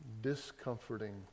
discomforting